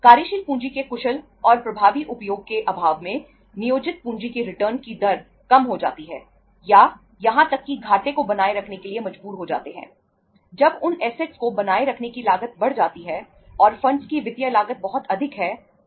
कार्यशील पूंजी के कुशल और प्रभावी उपयोग के अभाव में नियोजित पूंजी की रिटर्न बढ़ेगा